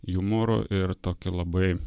jumoru ir tokiu labai